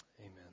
Amen